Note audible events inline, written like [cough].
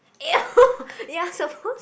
eh [noise] you're supposed